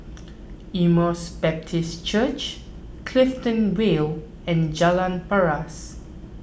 Emmaus Baptist Church Clifton Vale and Jalan Paras